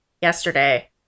yesterday